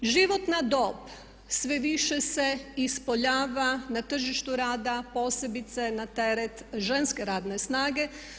Životna dob sve više se ispoljava na tržištu rada posebice na teret ženske radne snage.